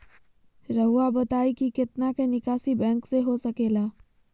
रहुआ बताइं कि कितना के निकासी बैंक से हो सके ला?